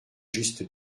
juste